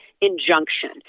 injunction